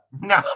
No